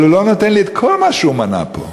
אבל הוא לא נותן את כל מה שהוא מנה פה.